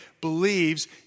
believes